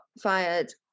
fired